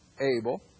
Abel